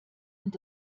und